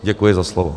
Děkuji za slovo.